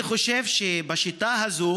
אני חושב שבשיטה הזאת